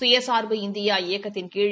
சுயசா்பு இந்தியா இயக்கத்தின் கீழ்